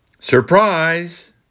Surprise